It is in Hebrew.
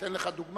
אתן לך דוגמה